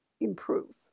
improve